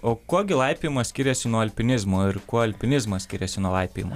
o kuo gi laipiojimas skiriasi nuo alpinizmo ir kuo alpinizmas skiriasi nuo laipiojimo